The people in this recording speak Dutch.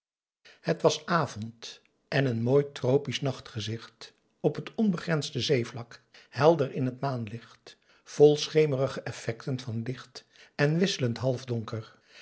het was avond en n mooi tropisch nachtgezicht op het onbegrensde zeevlak helder in het maanlicht vol schemerige effecten van licht en wisselend halfdonker